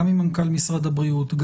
גם עם מנכ"ל משרד הבריאות,